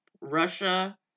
Russia